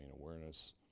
awareness